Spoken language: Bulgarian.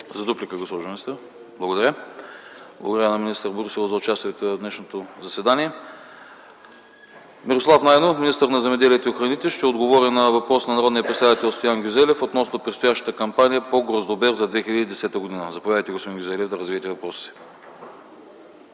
За отговор, госпожо министър? Не. Благодаря на министър Борисова за участието й в днешното заседание. Мирослав Найденов – министър на земеделието и храните, ще отговори на въпрос на народния представител Стоян Гюзелев относно предстоящата кампания по гроздобер за 2010 г. Заповядайте, господин Гюзелев, да развиете въпроса